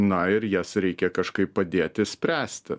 na ir jas reikia kažkaip padėti išspręsti